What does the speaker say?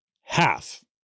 Half